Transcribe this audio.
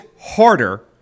harder